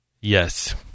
Yes